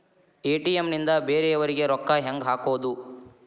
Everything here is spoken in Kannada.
ಎ.ಟಿ.ಎಂ ನಿಂದ ಬೇರೆಯವರಿಗೆ ರೊಕ್ಕ ಹೆಂಗ್ ಹಾಕೋದು?